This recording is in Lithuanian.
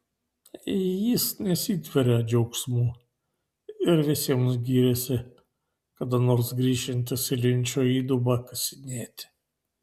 jis nesitveria džiaugsmu ir visiems giriasi kada nors grįšiantis į linčo įdubą kasinėti